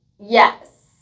Yes